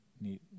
neat